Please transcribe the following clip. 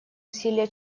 усилия